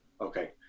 okay